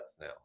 now